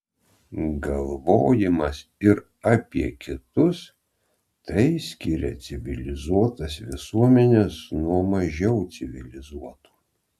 galvojimas ir apie kitus tai skiria civilizuotas visuomenes nuo mažiau civilizuotų